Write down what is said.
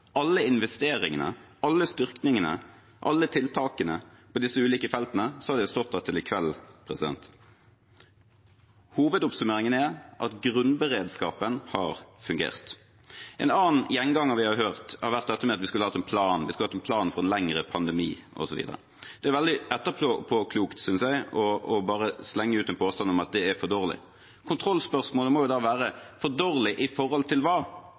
alle investeringene, alle styrkingene, alle tiltakene på disse ulike feltene, hadde jeg stått her til i kveld. Hovedoppsummeringen er at grunnberedskapen har fungert. En annen gjenganger vi har hørt, har vært at vi skulle hatt en plan, vi skulle hatt en plan for en lengre pandemi osv. Jeg synes det er veldig etterpåklokt bare å slenge ut en påstand om at det er for dårlig. Kontrollspørsmålet må jo da være: for dårlig i forhold til hva?